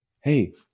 Hey